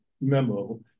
memo